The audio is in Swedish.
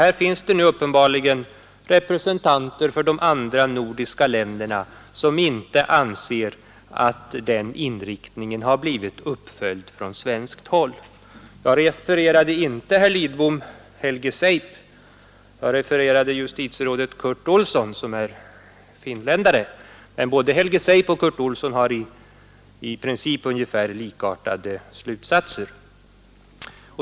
Här finns det uppenbarligen representanter för de andra 30 maj 1973 nordiska länderna som inte anser att den inriktningen fullföljs från —————— svenskt håll. Jag refererade inte Helge Seip, herr Lidbom. Jag refererade Aktenskapslagstiftjustitierådet Curt Olsson som är finländare. Men Helge Seip och Curt NYSERAN,. Olsson drar i princip likartade slutsatser.